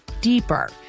deeper